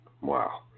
Wow